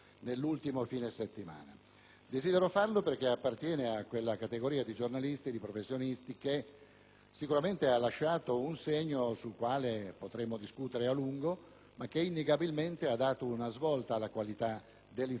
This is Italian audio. Desidero farlo perché appartiene a quella categoria di giornalisti e di professionisti che sicuramente ha lasciato un segno, sul quale potremo discutere a lungo, ma che innegabilmente ha dato una svolta alla qualità dell'informazione radiotelevisiva;